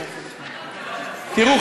תראו,